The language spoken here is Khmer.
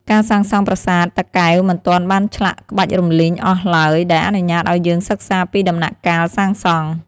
ការសាងសង់ប្រាសាទតាកែវមិនទាន់បានឆ្លាក់ក្បាច់រំលីងអស់ឡើយ ដែលអនុញ្ញាតឱ្យយើងសិក្សាពីដំណាក់កាលសាងសង់។